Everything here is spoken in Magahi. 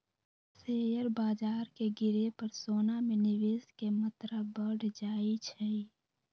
शेयर बाजार के गिरे पर सोना में निवेश के मत्रा बढ़ जाइ छइ